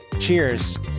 Cheers